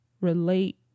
relate